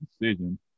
decision